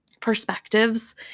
perspectives